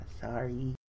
Sorry